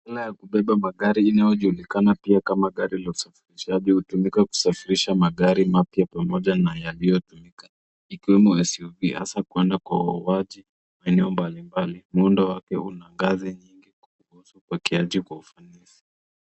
Aina ya kubeba magari inayojulikana pia kama gari la usafirishaji, hutumika kusafirisha magari mapya pamoja na yaliotumika ikiwemo SUV hasa kuenda kwa wauzaji wa aina mbalimbali muundo wake una ngazi nyingi kuruhusu upakiaji kwa ufanisi.